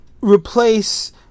replace